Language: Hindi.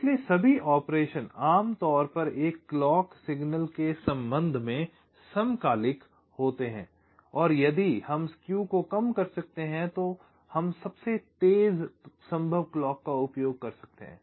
इसलिए सभी ऑपरेशन आमतौर पर एक क्लॉक सिग्नल के संबंध में समकालिक होते हैं और यदि हम स्केव को कम कर सकते हैं तो हम सबसे तेज़ संभव क्लॉक का उपयोग कर सकते हैं